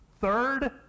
third